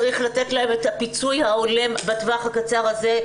צריך לתת להן את הפיצוי ההולם בטווח הקצר הזה,